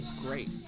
great